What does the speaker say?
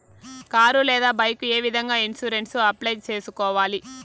car లేదా bike ఏ విధంగా ఇన్సూరెన్సు అప్లై సేసుకోవాలి